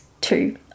two